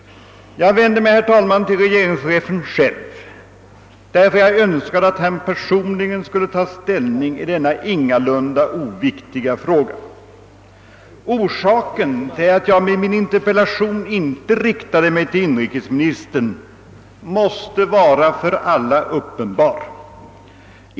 Jag vände mig, herr talman, till regeringschefen själv därför att jag önskade att han personligen skulle ta ställning i denna ingalunda oviktiga fråga. Orsaken till att jag med min interpellation inte riktade mig till inrikesministern måste vara för alla uppenbar.